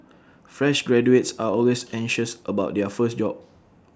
fresh graduates are always anxious about their first job